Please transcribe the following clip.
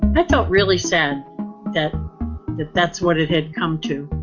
i don't really sense that that that's what it had come to